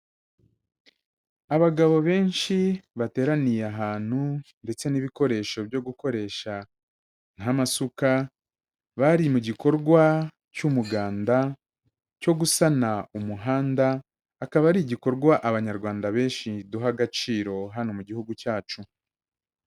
Abagabo benshi bateraniye ahantu ndetse n'ibikoresho byo gukoresha nk'amasuka, bari mu gikorwa cy'umuganda cyo gusana umuhanda, akaba ari igikorwa abanyarwanda benshi duha agaciro hano mu gihugu cyacu.